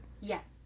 Yes